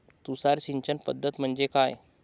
तुषार सिंचन पद्धती म्हणजे काय?